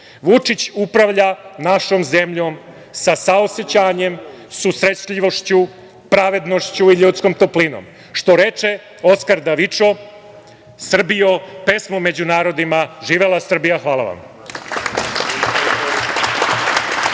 druge. Vučić upravlja našom zemljom sa saosećanjem, susretljivošću, pravednošću i ljudskom toplinom, što reče Oskar Davičo – Srbijo, pesmo među narodima. Živela Srbija. Hvala.